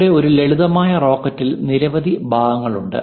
ഇവിടെ ഒരു ലളിതമായ റോക്കറ്റിൽ നിരവധി ഭാഗങ്ങളുണ്ട്